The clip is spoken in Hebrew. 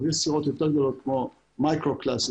יש סירות יותר גדולות כמו מייקרו קלסס,